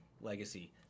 legacy